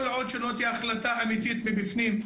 כל עוד שלא החלטה אמיתית מבפנים,